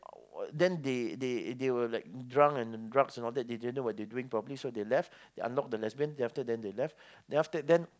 uh then they they they were like drunk and drugs and all that they didn't know what they were doing probably so they left they unlock the lesbian then after that then they left then after that then